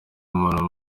umuntu